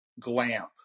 glamp